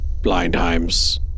Blindheims